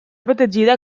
protegida